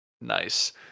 Nice